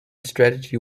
strategy